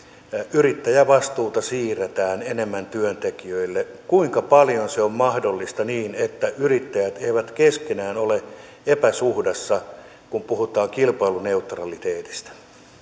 yrittäjävastuuta siirretään enemmän työntekijöille kuinka paljon se on mahdollista niin että yrittäjät eivät keskenään ole epäsuhdassa kun puhutaan kilpailuneutraliteetista